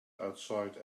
outside